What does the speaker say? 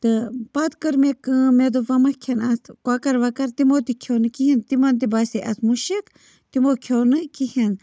تہٕ پَتہٕ کٔر مےٚ کٲم مےٚ دوٚپ وَما کھٮ۪ن اَتھ کۄکَر وۄکَر تِمو تہِ کھیٚو نہٕ کِہیٖنۍ تِمَن تہِ باسے اَتھ مُشِک تِمو کھیوٚو نہٕ کِہیٖنۍ